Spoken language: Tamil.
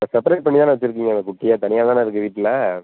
இப்போ செப்பரேட் பண்ணி தான வச்சிருக்கீங்க அந்த குட்டியை தனியாக தானே இருக்கு வீட்டில